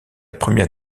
première